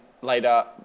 later